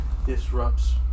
disrupts